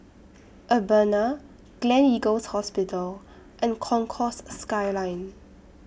Urbana Gleneagles Hospital and Concourse Skyline